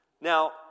Now